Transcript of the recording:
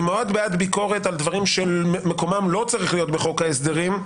אני מאוד בעד ביקורת על דברים שמקומם לא צריך להיות בחוק ההסדרים,